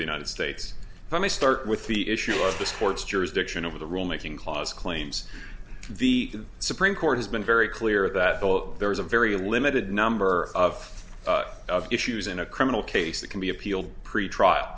the united states let me start with the issue of the sports jurisdiction over the rulemaking clause claims the supreme court has been very clear that there was a very limited number of issues in a criminal case that can be appealed pretrial